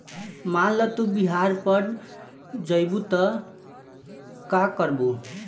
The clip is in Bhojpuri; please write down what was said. मान ल तू बिहार पड़ जइबू त का करबू